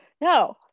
no